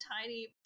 tiny